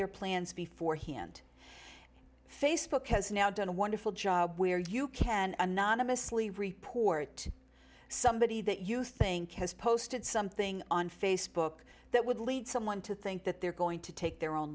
their plans before he and facebook has now done a wonderful job where you can anonymously report somebody that you think has posted something on facebook that would lead someone to think that they're going to take their own